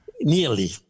nearly